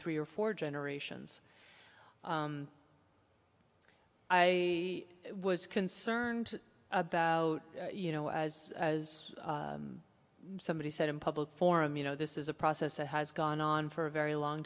three or four generations i was concerned about you know as as somebody said in public forum you know this is a process that has gone on for a very long